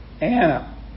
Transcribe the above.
Anna